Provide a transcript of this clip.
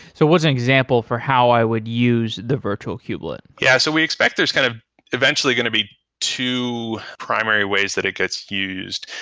so what's an example for how i would use the virtual-kubelet? yeah. so we expect there's kind of eventually going to be two primary ways that it gets used.